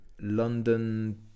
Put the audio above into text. london